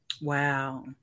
Wow